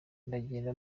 ndagenda